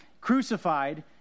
crucified